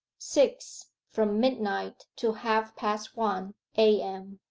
six. from midnight to half-past one a m.